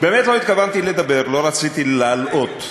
באמת לא התכוונתי לדבר, לא רציתי להלאות,